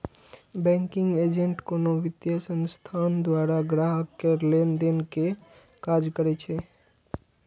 banking agent कोनो वित्तीय संस्थान द्वारा ग्राहक केर लेनदेन के काज करै छै